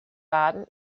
baden